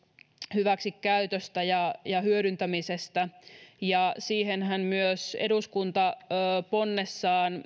hyväksikäytöstä ja ja hyödyntämisestä siihenhän myös eduskunta ponnessaan